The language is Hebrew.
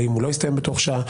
האם הוא לא מסתיים בתוך שעה,